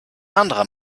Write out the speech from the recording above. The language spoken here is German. anderer